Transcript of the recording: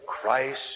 Christ